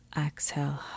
exhale